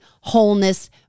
wholeness